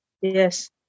Yes